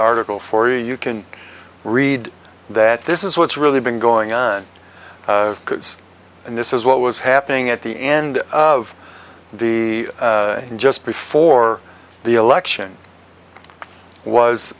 article for you you can read that this is what's really been going on and this is what was happening at the end of the just before the election was